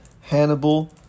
Hannibal